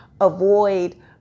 avoid